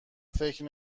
فکر